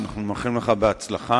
אנחנו מאחלים לך הצלחה